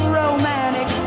romantic